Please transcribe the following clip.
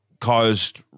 caused